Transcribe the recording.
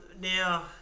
Now